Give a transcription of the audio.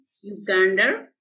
Uganda